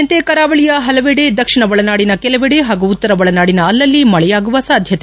ಮುನ್ನೂಚನೆಯಂತೆ ಕರಾವಳಿಯ ಹಲವೆಡೆ ದಕ್ಷಿಣ ಒಳನಾಡಿನ ಕೆಲವೆಡೆ ಹಾಗೂ ಉತ್ತರ ಒಳನಾಡಿನ ಅಲ್ಲಲ್ಲಿ ಮಳೆಯಾಗುವ ಸಾಧ್ಯತೆ